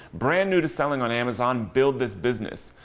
brand new to selling on amazon, build this business.